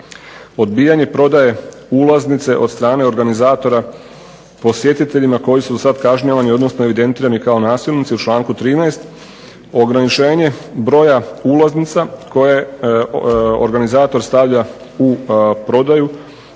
Odbijanje prodaje ulaznice od strane organizatora posjetiteljima koji su sad kažnjavani odnosno evidentirani kao nasilnici u članku 13. Ograničenje broja ulaznica koje organizator stavlja u prodaju